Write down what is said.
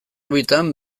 bietan